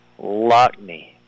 Lockney